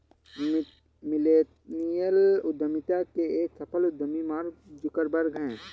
millennial उद्यमिता के एक सफल उद्यमी मार्क जुकरबर्ग हैं